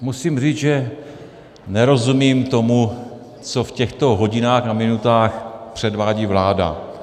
Musím říct, že nerozumím tomu, co v těchto hodinách a minutách předvádí vláda.